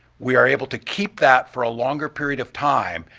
we are able to keep that for a longer period of time.